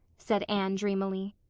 said anne dreamily.